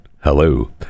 hello